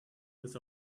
with